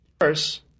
First